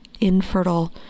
infertile